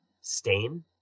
stain